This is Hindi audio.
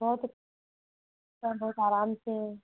बहुत अच्छा बहुत आराम से